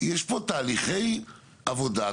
יש פה תהליכי עבודה,